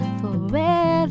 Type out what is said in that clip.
forever